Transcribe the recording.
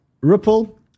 ripple